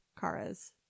Kara's